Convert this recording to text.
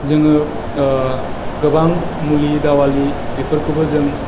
जोङो गोबां मुलि दावालि बेफोरखौबो जों